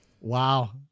Wow